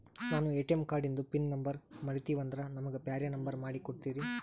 ನಾನು ಎ.ಟಿ.ಎಂ ಕಾರ್ಡಿಂದು PIN number ಮರತೀವಂದ್ರ ನಮಗ ಬ್ಯಾರೆ ನಂಬರ್ ಮಾಡಿ ಕೊಡ್ತೀರಿ?